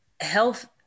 health